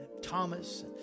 Thomas